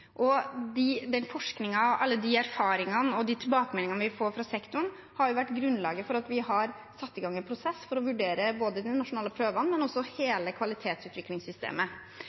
Den forskningen, alle de erfaringene og de tilbakemeldingene vi får fra sektoren, har vært grunnlaget for at vi har satt i gang en prosess for å vurdere både de nasjonale prøvene og også hele